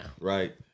Right